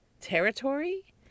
territory